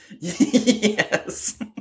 Yes